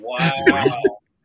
Wow